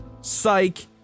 Psych